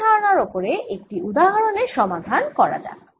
এই ধারণার ওপরে একটি উদাহরন এর সমাধান করা যাক